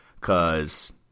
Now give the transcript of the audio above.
cause